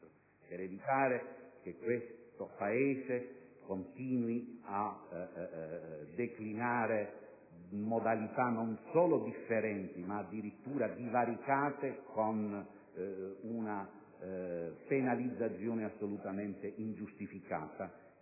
per evitare che questo Paese continui a declinare modalità non solo differenti, ma addirittura divaricate, con una penalizzazione assolutamente ingiustificata,